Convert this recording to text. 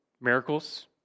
miracles